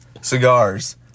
Cigars